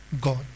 God